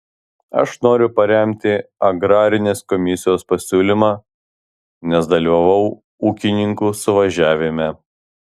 aš noriu paremti agrarinės komisijos pasiūlymą nes dalyvavau ūkininkų suvažiavime